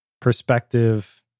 perspective